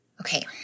Okay